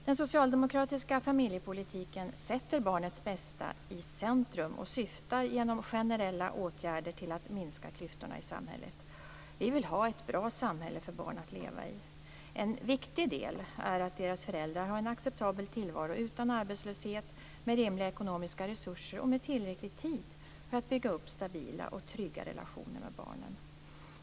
Den socialdemokratiska familjepolitiken sätter barnets bästa i centrum och syftar genom generella åtgärder till att minska klyftorna i samhället. Vi vill ha ett bra samhälle för barn att leva i. En viktig del är att deras föräldrar har en acceptabel tillvaro utan arbetslöshet, med rimliga ekonomiska resurser och med tillräcklig tid för att bygga upp stabila och trygga relationer med barnen.